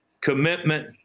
commitment